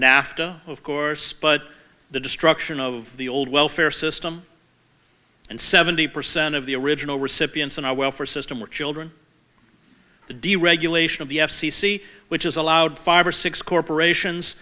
nafta of course but the destruction of the old welfare system and seventy percent of the original recipients in our welfare system were children the deregulation of the f c c which has allowed five or six corporations